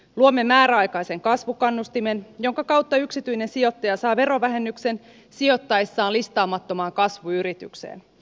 luomme määräaikaisen kasvukannustimen jonka kautta yksityinen sijoittaja saa verovähennyksen sijoittaessaan listaamattomaan kasvuyritykseen